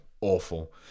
Awful